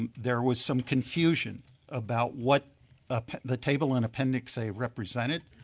um there was some confusion about what the table and appendix a represented.